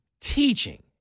teaching